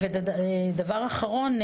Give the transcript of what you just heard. דבר אחרון,